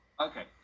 Okay